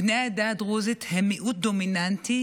בני העדה הדרוזית הם מיעוט דומיננטי,